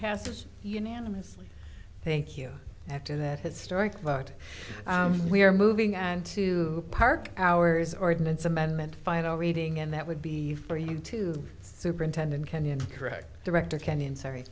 passes unanimously thank you after that historic but we're moving on to park hours ordinance amendment final rating and that would be for you to superintendent kenyon correct director kenyon sorry